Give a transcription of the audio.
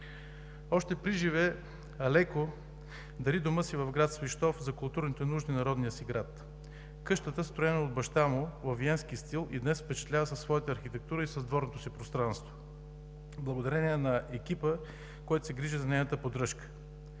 Още приживе Алеко дари дома си в град Свищов за културните нужди на родния си град. Къщата, строена от баща му във виенски стил, и днес впечатлява със своята архитектура и с дворното си пространство благодарение на екипа, който се грижи за нейната поддръжка.